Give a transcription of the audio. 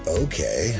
okay